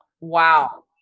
wow